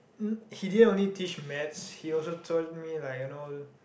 he didn't only teach maths he also told me like you know